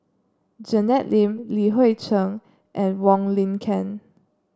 Janet Lim Li Hui Cheng and Wong Lin Ken